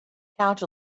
couch